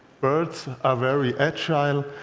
birds are very agile.